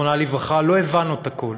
לא הבנו את הכול.